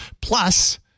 Plus